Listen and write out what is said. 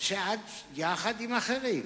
יחד עם אחרים,